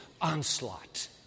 onslaught